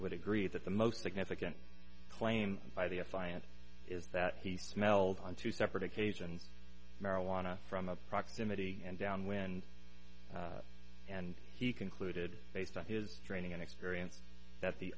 would agree that the most significant claim by the f b i and is that he smelled on two separate occasions marijuana from a proximity and downwind and he concluded based on his training and experience that the